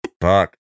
Fuck